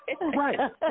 right